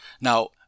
Now